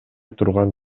турган